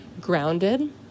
grounded